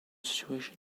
situation